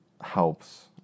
helps